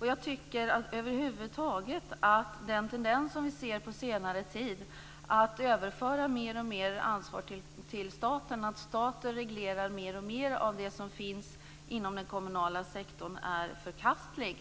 Jag tycker över huvud taget att den tendens som vi kunnat se på senare tid att överföra mer och mer ansvar till staten, att staten reglerar mer och mer av det som ligger inom den kommunala sektorn är förkastlig.